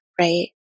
right